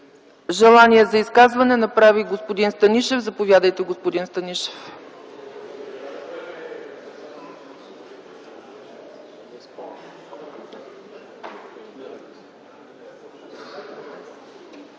Желание за изказване направи господин Станишев. Заповядайте, господин Станишев.